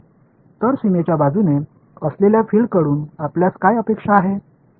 तर सीमेच्या बाजूने असलेल्या फिल्डकडून आपल्यास काय अपेक्षा आहे